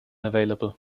available